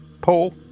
Paul